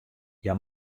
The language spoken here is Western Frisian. hja